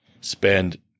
spend